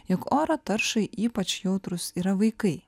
jog oro taršai ypač jautrūs yra vaikai